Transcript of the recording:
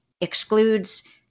excludes